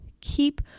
keep